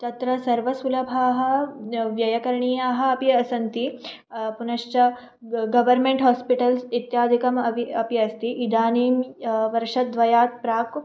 तत्र सर्व सुलभाः व्ययकरणीयाः अपि सन्ति पुनश्च गवर्मेण्ट् हास्पिटल्स् इत्यादिकम् अपि अपि अस्ति इदानीं वर्शद्वयात् प्राक्